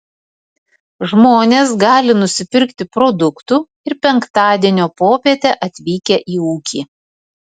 žmonės gali nusipirkti produktų ir penktadienio popietę atvykę į ūkį